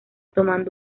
tomando